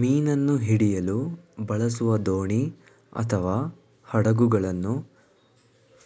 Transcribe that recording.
ಮೀನನ್ನು ಹಿಡಿಯಲು ಬಳಸುವ ದೋಣಿ ಅಥವಾ ಹಡಗುಗಳನ್ನು